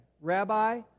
Rabbi